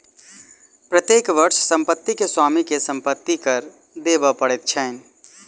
प्रत्येक वर्ष संपत्ति के स्वामी के संपत्ति कर देबअ पड़ैत छैन